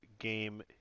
game